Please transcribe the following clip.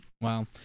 Wow